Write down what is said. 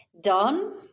done